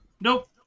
Nope